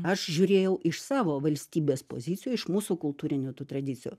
aš žiūrėjau iš savo valstybės pozicijų iš mūsų kultūrinių tų tradicijų